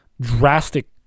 drastic